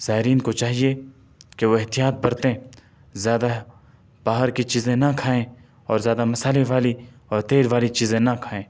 زائرین کو چاہیے کہ وہ احتیاط برتیں زیادہ باہر کی چیزیں نہ کھائیں اور زیادہ مصالح والی اور تیل والی چیزیں نہ کھائیں